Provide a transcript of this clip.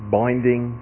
binding